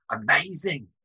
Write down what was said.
amazing